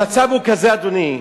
המצב הוא כזה, אדוני,